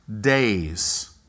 days